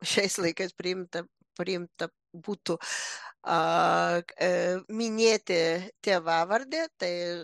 šiais laikais priimta priimta būtų a e minėti tėvavardį tai